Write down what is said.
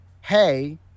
hey